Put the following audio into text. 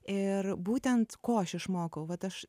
ir būtent ko aš išmokau vat aš